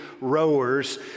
rowers